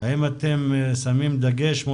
אם אתם שמים דגש על